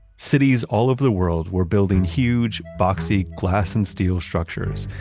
cities all over the world were building huge boxy glass and steel structures,